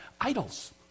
Idols